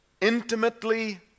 intimately